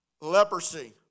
leprosy